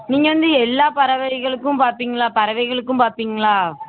நீங்கள் வந்து எல்லா பறவைகளுக்கும் பார்ப்பீங்களா பறவைகளுக்கும் பார்ப்பீங்களா